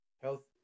Health